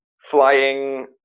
flying